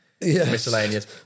miscellaneous